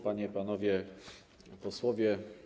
Panie i Panowie Posłowie!